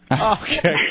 Okay